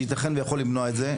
שייתכן ויוכל למנוע את זה,